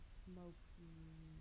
smoky